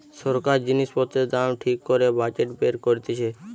সরকার জিনিস পত্রের দাম ঠিক করে বাজেট বের করতিছে